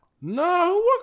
no